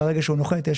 מהרגע שהוא נוחת,